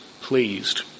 pleased